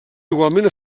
igualment